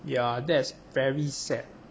yeah that's very sad